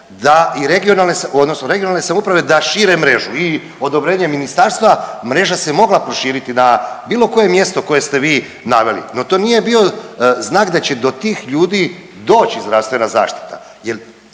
regionalne samouprave da šire mrežu i odobrenje ministarstva mreža se mogla proširiti na bilo koje mjesto koje ste vi naveli. No to nije bio znak da će do tih ljudi doći zdravstvena zaštita,